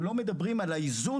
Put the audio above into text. אנחנו לא מדברים על האיזון,